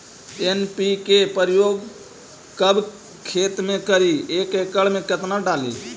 NPK प्रयोग कब खेत मे करि एक एकड़ मे कितना डाली?